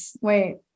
Wait